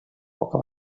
poca